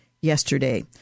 yesterday